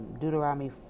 Deuteronomy